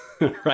right